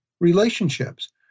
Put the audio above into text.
relationships